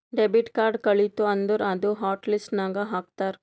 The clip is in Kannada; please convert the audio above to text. ಡೆಬಿಟ್ ಕಾರ್ಡ್ ಕಳಿತು ಅಂದುರ್ ಅದೂ ಹಾಟ್ ಲಿಸ್ಟ್ ನಾಗ್ ಹಾಕ್ತಾರ್